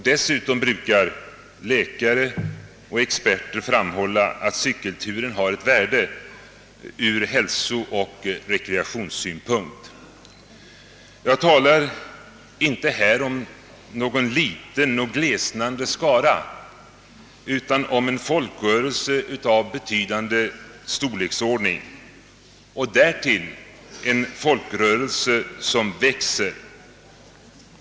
Dessutom brukar läkare och experter framhålla att cykelturen har ett värde ur hälsooch rekreationssynpunkt, Jag talar här inte om någon liten och glesnande skara utan om en folkrörelse av betydande storleksordning och därtill en folkrörelse som växer.